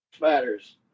matters